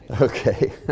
Okay